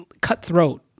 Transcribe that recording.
cutthroat